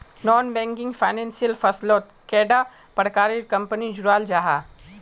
Non banking financial फसलोत कैडा प्रकारेर कंपनी जुराल जाहा?